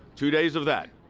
two days of that.